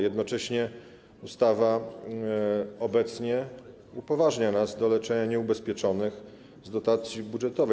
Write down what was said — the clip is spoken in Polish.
Jednocześnie ustawa obecnie upoważnia nas do leczenia nieubezpieczonych z dotacji budżetowej.